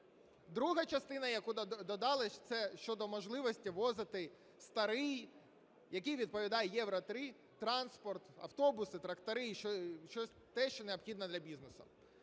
Друга частина, яку додали, це щодо можливості ввозити старий, який відповідає Євро-3 транспорт: автобуси, трактори і те, що необхідно для бізнесу.